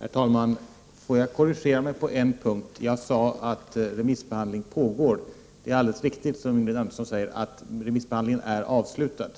Herr talman! Låt mig korrigera mig på en punkt. Jag sade att remissbehandling pågår. Det är alldeles riktigt, som Ingrid Andersson säger, att remissbehandlingen är avslutad.